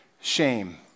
Shame